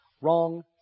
Wrong